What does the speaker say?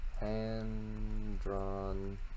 hand-drawn